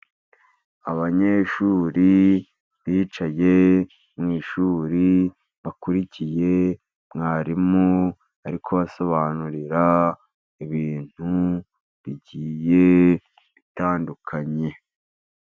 Abanyeshuri bicaye mu ishuri bakurikiye mwarimu ari kubasobanurira ibintu bigiye bitandukanye.